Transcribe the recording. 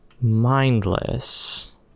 mindless